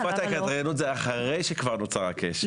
תקופת ההתארגנות היא אחרי שכבר נוצר הקשר.